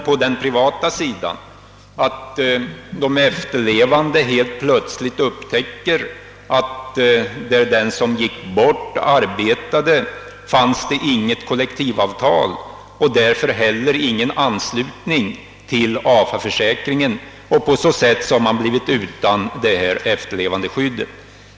På den privata sidan däremot har det hänt att de efterlevande helt plötsligt upptäckt att det där den som gick bort arbetade inte fanns något kollektivavtal och därför inte heller någon anslutning till AFA försäkringen. På så sätt har de blivit utan efterlevandeskydd.